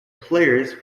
players